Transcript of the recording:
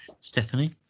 Stephanie